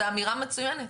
זו אמירה מצוינת.